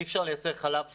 אי-אפשר לייצר חלב סתם,